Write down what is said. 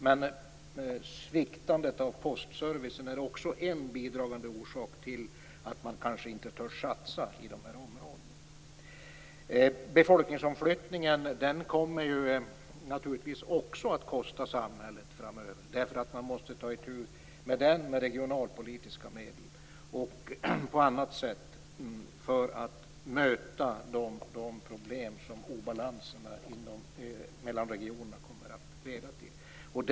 Men sviktande postservice är också en bidragande orsak till att man kanske inte törs satsa i de här områdena. Befolkningsomflyttningen kommer ju naturligtvis också att kosta för samhället framöver. Man måste nämligen ta itu med detta med regionalpolitiska medel och på annat sätt för att möta de problem som obalansen mellan regioner kommer att leda till.